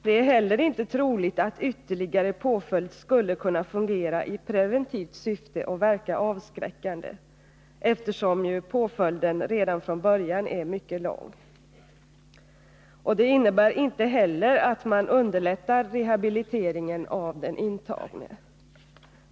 Det är heller inte troligt att ytterligare påföljd skulle kunna fungera i preventivt syfte och verka avskräckande, eftersom påföljden redan från början är mycket lång. Det innebär inte heller att man underlättar rehabiliteringen av den intagne.